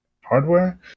Hardware